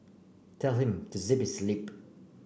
tell him to zip his lip